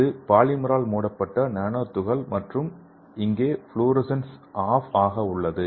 இது பாலிமரால் மூடப்பட்ட நானோ துகள் மற்றும் இங்கே ஃப்ளோரசன்சன் ஆப் ஆக உள்ளது